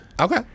Okay